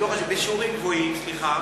לא חשוב, בשיעורים גבוהים, סליחה,